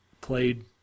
played